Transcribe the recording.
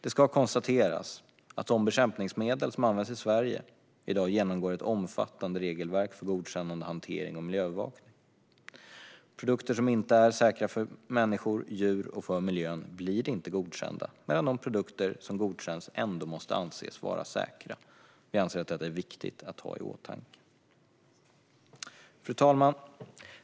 Det ska konstateras att de bekämpningsmedel som används i Sverige i dag genomgår ett omfattande regelverk för godkännande, hantering och miljöövervakning. Produkter som inte är säkra för människor, djur och miljö blir inte godkända, medan de produkter som godkänns ändå måste anses vara säkra. Vi anser att detta är viktigt att ha i åtanke. Fru talman!